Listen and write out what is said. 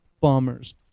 bombers